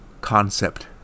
concept